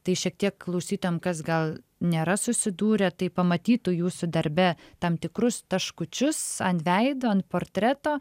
tai šiek tiek klausytojam kas gal nėra susidūrę tai pamatytų jūsų darbe tam tikrus taškučius ant veido ant portreto